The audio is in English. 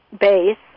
base